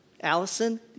Allison